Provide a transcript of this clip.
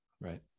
right